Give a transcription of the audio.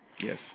Yes